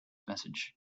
message